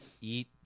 eat